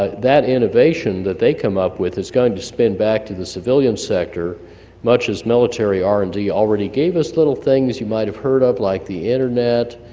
ah that innovation that they come up with is going to spin back to the civilian sector much as military r and d already gave us, little things you might have heard of like the internet,